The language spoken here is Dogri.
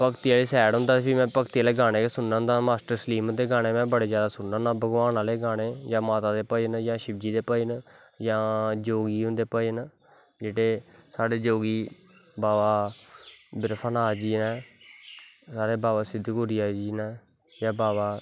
भगती आह्ली सैड़ होंदा फिर में भगती आह्ले सांग गै सुनना होनां मास्टर सलीम होंदे गानें में बड़े जादा सुनना होना भगवान आह्ले गानें जां माता दे भजन जां शिवजी दे भजन जां योगी होंदे भजन जेह्ड़े साढ़े योगी बाबा बिरफानाथ दी ऐ जां बाबा सिद्द गोरिया जी नै जां बाबा